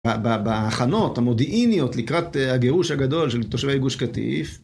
בהכנות המודיעיניות לקראת הגירוש הגדול של תושבי גוש כתיף.